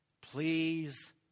Please